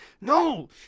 no